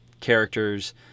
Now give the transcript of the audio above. characters